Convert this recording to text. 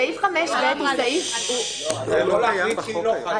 סעיף 5(ב) הוא סעיף --- זה לא קיים בחוק היום.